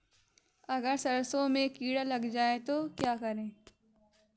अगर सरसों में कीड़ा लग जाए तो क्या करें?